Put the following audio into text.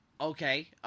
Okay